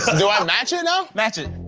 do i match it now? match it.